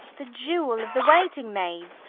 the jewel of the waiting maid's,